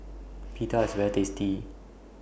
Pita IS very tasty